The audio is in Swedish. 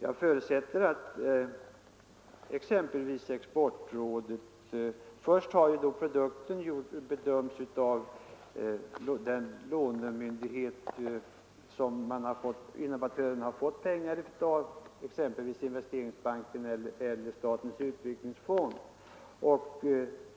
En produkt av det här slaget har först bedömts av den lånemyndighet som innovatören har fått pengar av, exempelvis Investeringsbanken eller statens utvecklingsfond.